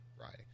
riding